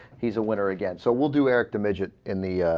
he's a winner again so will do erica midget in the ah.